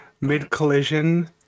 mid-collision